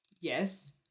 Yes